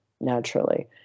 naturally